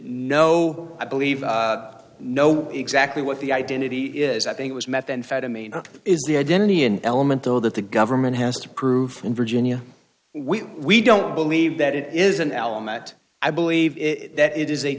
no i believe know exactly what the identity is i think it was methamphetamine is the identity an element though that the government has to prove in virginia we we don't believe that it is an element i believe that it is